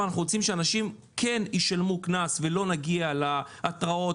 אנחנו רוצים שאנשים כן ישלמו קנס ולא נגיע להתראות,